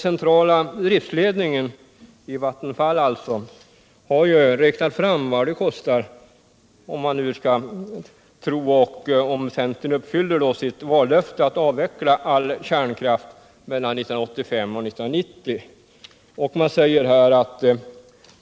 Centrala driftledningen vid Vattenfall har räknat fram vad det skulle kosta om centern uppfyller sitt vallöfte att avveckla all kärnkraft mellan 1985 och 1990.